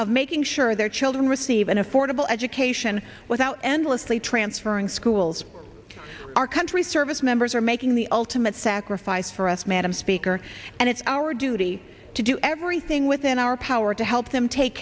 of making sure their children receive an affordable education without endlessly transferring schools our country service members are making the ultimate sacrifice for us madam speaker and it's our duty to do everything within our power to help them take